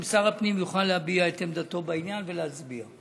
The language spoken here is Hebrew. אם שר הפנים יוכל להביע את עמדתו בעניין ולהצביע.